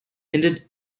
ended